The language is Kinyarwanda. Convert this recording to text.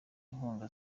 inkunga